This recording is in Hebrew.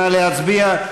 נא להצביע.